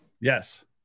Yes